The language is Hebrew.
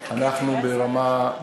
אנחנו ברמה,